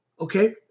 Okay